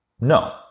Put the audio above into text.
no